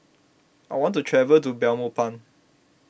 I want to travel to Belmopan